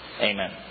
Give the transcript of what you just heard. Amen